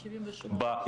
אז אני רוצה,